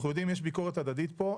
אנחנו יודעים שיש ביקורת הדדית פה,